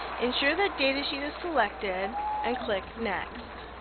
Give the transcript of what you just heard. ensure that datasheet is selected and click next.